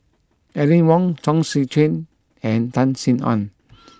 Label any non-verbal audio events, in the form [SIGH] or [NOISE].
Aline Wong Chong Tze Chien and Tan Sin Aun [NOISE]